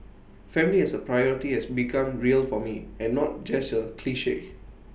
family as A priority has become real for me and not just A cliche